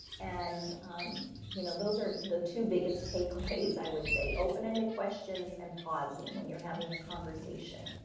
and you know, those are the two biggest takeaways. i would say open-ended questions and pausing. when you're having the conversation.